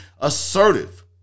assertive